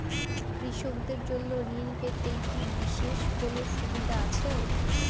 কৃষকদের জন্য ঋণ পেতে কি বিশেষ কোনো সুবিধা আছে?